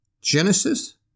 Genesis